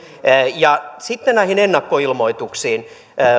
ja sitten näihin ennakkoilmoituksiin